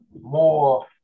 more